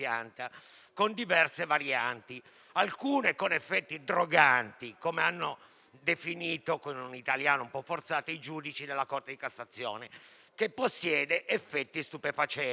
con diverse varianti, alcune delle quali con effetti "droganti", come hanno definito con un italiano un po' forzato i giudici della Corte di cassazione, e che possiedono effetti stupefacenti;